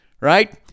right